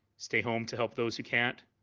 stay home to help those who can't,